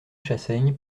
chassaigne